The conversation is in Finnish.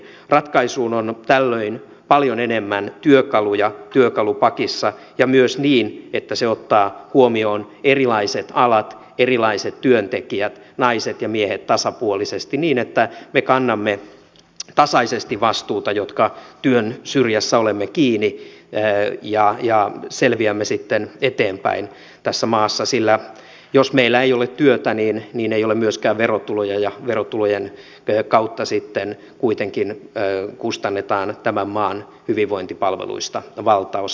ratkaisuun on tällöin paljon enemmän työkaluja työkalupakissa ja myös niin että se ottaa huomioon erilaiset alat erilaiset työntekijät naiset ja miehet tasapuolisesti niin että me kannamme tasaisesti vastuuta jotka työn syrjässä olemme kiinni ja selviämme sitten eteenpäin tässä maassa sillä jos meillä ei ole työtä niin ei ole myöskään verotuloja ja verotulojen kautta kuitenkin kustannetaan tämän maan hyvinvointipalveluista valtaosa